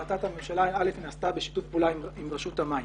החלטת הממשלה נעשתה בשיתוף פעולה עם רשות המים